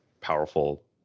powerful